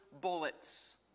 bullets